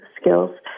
skills